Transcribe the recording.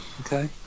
Okay